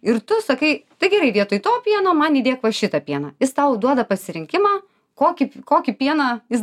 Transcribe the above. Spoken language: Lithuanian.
ir tu sakai tai gerai vietoj to pieno man įdėk va šitą pieną jis tau duoda pasirinkimą kokį kokį pieną jis